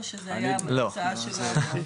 או שזו הייתה הצעה שלא עברה?